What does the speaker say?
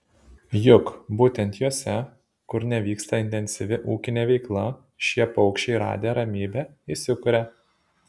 juk būtent jose kur nevyksta intensyvi ūkinė veikla šie paukščiai radę ramybę įsikuria